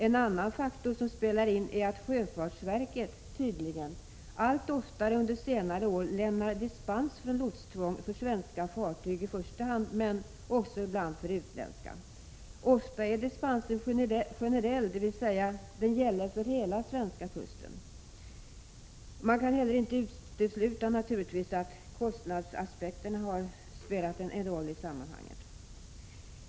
En annan faktor som spelar in är att sjöfartsverket tydligen allt oftare under senare år lämnat dispens från lotstvång för i första hand svenska fartyg men ibland också för utländska. Ofta är dispensen generell, dvs. den gäller för hela den svenska kusten. Man kan naturligtvis inte heller utesluta att kostnadsaspekterna har spelat en roll i sammanhanget.